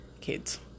kids